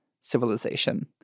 civilization